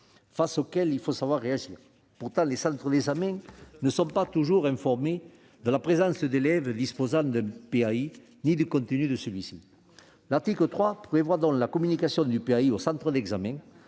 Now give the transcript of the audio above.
face auxquelles il faut savoir réagir. Pourtant, les centres d'examen ne sont pas toujours informés de la présence d'élèves bénéficiant d'un PAI ni du contenu de celui-ci. L'article 3 prévoit donc la communication du PAI au centre d'examen